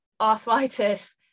arthritis